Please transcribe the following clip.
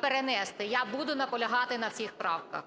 перенести? Я буду наполягати на всіх правках